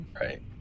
Right